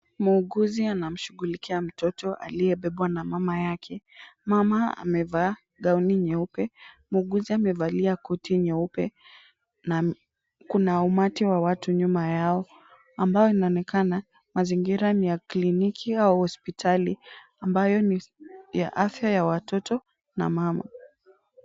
Muuguzi anamshugulikia mtoto aliyebebwa na mama yake. Mama amevaa gauni nyeupe muuguzi amevalia koti nyeupe na kuna umati wa watu nyuma yao ambayo inaonekana mazingira ni ya kliniki au hospitali ambayo ni ya afya ya watoto na mama.